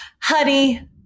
Honey